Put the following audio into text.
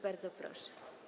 Bardzo proszę.